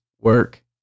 Work